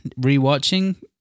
rewatching